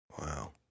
wow